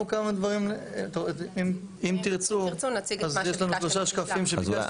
אם תירצו, יש לנו שלושה שקפים שביקשתם.